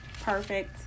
perfect